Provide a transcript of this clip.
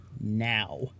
now